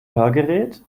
hörgerät